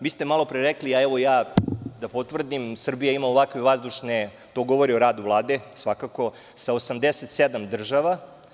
Vi ste malopre rekli, a evo ja da potvrdim, Srbija ima ovakve vazdušne, to govori o radu Vlade, svakako, sa 87 država.